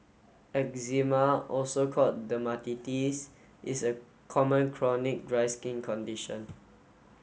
eczema also called dermatitis is a common chronic dry skin condition